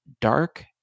dark